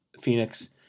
Phoenix